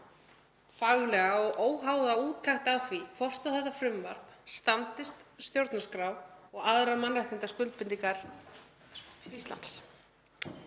faglega og óháða úttekt á því hvort þetta frumvarp standist stjórnarskrá og aðrar mannréttindaskuldbindingar Íslands.